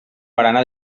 barana